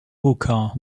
hookah